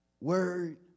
Word